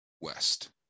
West